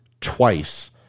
twice